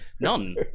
none